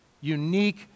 unique